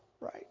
right